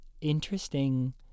interesting